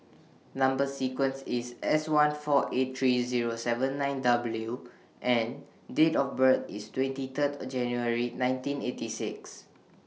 Number sequence IS S one four eight three Zero seven nine W and Date of birth IS twenty Third January nineteen eighty six